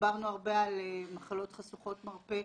דיברנו הרבה על מחולות חשוכות מרפא,